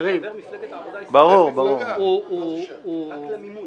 אבל במימון